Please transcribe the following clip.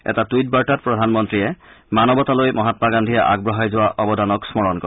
এটা টুইট বাৰ্তাত প্ৰধানমন্ত্ৰীয়ে মানৱতালৈ মহামা গান্ধীয়ে আগবঢ়াই যোৱা অৱদানক স্মৰণ কৰে